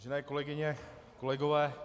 Milé kolegyně, kolegové.